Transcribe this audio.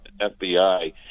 FBI